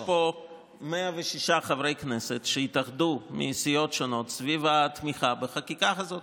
יש פה 106 חברי כנסת שהתאחדו מסיעות שונות סביב התמיכה בחקיקה הזאת.